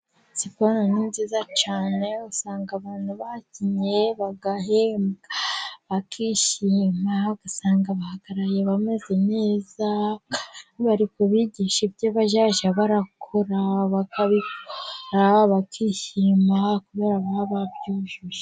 siporo ni nziza cyane, usanga abantu bakinnye, bagahembwa, bakishima, ugasanga bahagaraye abameze neza, bari ku bigisha ibyo bazajya barakora, bakabikora, bakishima kubera ko baba babyujuje.